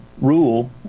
Rule